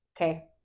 okay